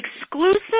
exclusive